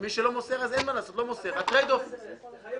מי שאין